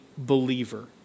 believer